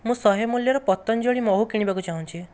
ମୁଁ ଶହେ ମୂଲ୍ୟର ପତଞ୍ଜଳି ମହୁ କିଣିବାକୁ ଚାହୁଁଛି